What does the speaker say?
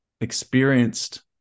experienced